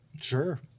Sure